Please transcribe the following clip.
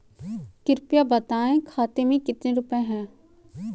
कृपया बताएं खाते में कितने रुपए हैं?